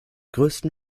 größten